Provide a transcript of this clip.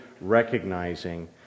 recognizing